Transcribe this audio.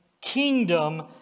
kingdom